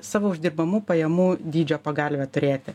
savo uždirbamų pajamų dydžio pagalvę turėti